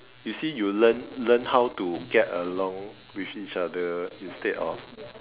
you see you learn learn how to get along with each other instead of